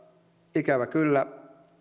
ikävä kyllä